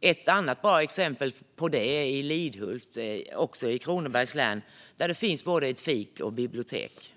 Ett annat bra exempel på det är i Lidhult, också i Kronobergs län, där det finns både ett fik och bibliotek.